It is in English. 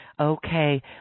Okay